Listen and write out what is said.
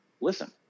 listen